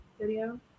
video